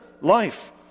life